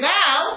now